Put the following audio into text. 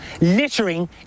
Littering